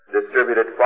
distributed